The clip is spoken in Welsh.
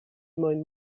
moyn